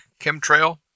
chemtrail